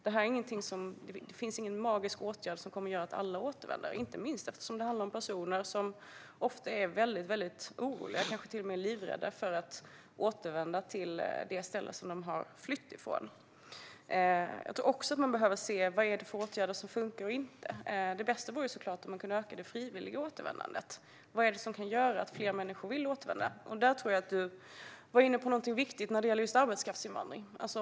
Det finns ingen magisk åtgärd som gör att alla återvänder, inte minst eftersom det handlar om personer som ofta är väldigt oroliga, kanske till och med livrädda, för att återvända till det ställe som de har flytt från. Jag tror också att man behöver se på vilka åtgärder som funkar och vilka som inte gör det. Det bästa vore såklart om man kunde öka det frivilliga återvändandet. Vad kan göra att fler människor vill återvända? Jag tror att du var inne på någonting viktigt när det gäller just arbetskraftsinvandring, Johan Forssell.